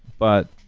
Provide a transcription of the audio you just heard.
but,